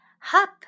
hop